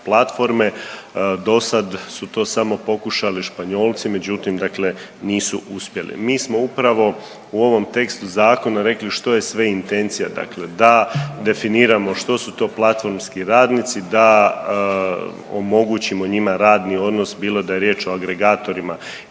platforme, dosada su to samo pokušali Španjolci, međutim dakle nisu uspjeli. Mi smo upravo u ovom tekstu zakona rekli što je sve intencija, dakle da definiramo što su to platformski radnici, da omogućimo njima radni odnos bilo da je riječ o agregatorima